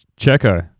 Checo